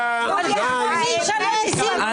מי ישלם מיסים פה?